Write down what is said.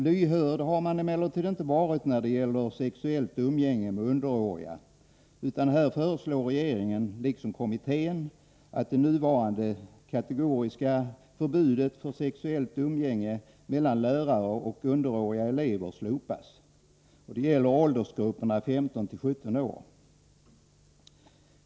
Lyhörd har man emellertid inte varit när det gäller sexuellt umgänge med underåriga, utan här föreslår regeringen liksom kommittén att det nuvarande kategoriska förbudet mot sexuellt umgänge mellan lärare och underåriga elever slopas. Det gäller åldersgruppen 15-17 år.